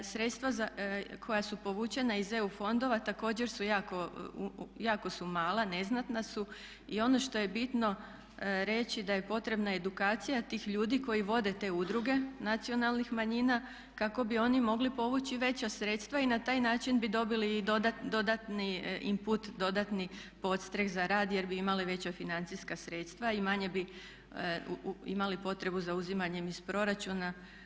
Sredstva koja su povučena iz EU fondova također su jako mala, neznatna su i onda što je bitno reći da je potrebna edukacija tih ljudi koji vode te udruge nacionalnih manjina kako bi oni mogli povući veća sredstva i na taj način bi dobili i dodatni imput, dodatni podastrijeh za rad jer bi imale veća financijska sredstva i manje bi imali potrebu za uzimanjem iz proračuna.